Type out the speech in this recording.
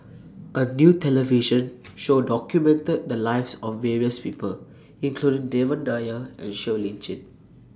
A New television Show documented The Lives of various People including Devan Nair and Siow Lee Chin